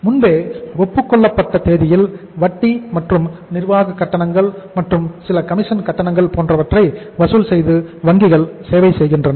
முன்பே ஒப்புக்கொள்ளப்பட்ட தேதியில் வட்டி மற்றும் நிர்வாகக் கட்டணங்கள் மற்றும் சில கமிஷன் கட்டணங்கள் போன்றவற்றை வசூல் செய்து வங்கிகள் சேவை செய்கின்றன